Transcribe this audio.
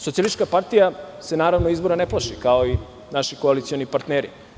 Socijalistička partija se naravno izbora ne plaši, kao i naši koalicioni partneri.